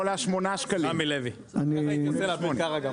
(היו"ר דוד